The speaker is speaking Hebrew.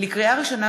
לקריאה ראשונה,